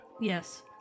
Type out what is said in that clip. Yes